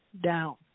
down